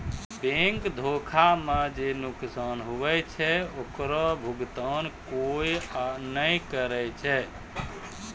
bank धोखा मे जे नुकसान हुवै छै ओकरो भुकतान कोय नै करै छै